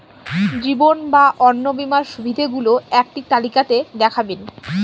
জীবন বা অন্ন বীমার সুবিধে গুলো একটি তালিকা তে দেখাবেন?